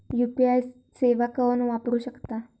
UPI सेवा कोण वापरू शकता?